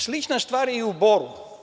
Slična stvar je i u Boru.